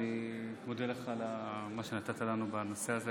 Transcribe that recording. אני מודה לך על מה שנתת לנו בנושא הזה